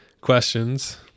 questions